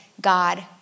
God